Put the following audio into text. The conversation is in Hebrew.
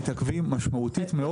מתעכבים משמעותית מאוד.